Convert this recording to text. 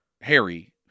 Harry